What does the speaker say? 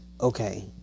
Okay